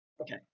Okay